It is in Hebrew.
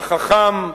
החכם,